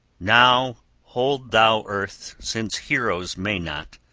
now hold thou, earth, since heroes may not,